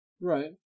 Right